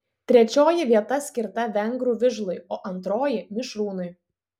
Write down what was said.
trečioji vieta skirta vengrų vižlui o antroji mišrūnui